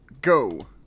go